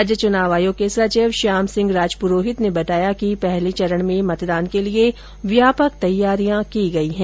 राज्य चुनाव आयोग के सचिव श्यामसिंह राजपुरोहित ने बताया कि पहले चरण में मतदान के लिए व्यापक तैयारियों की गई हैं